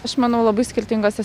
aš manau labai skirtingose